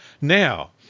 now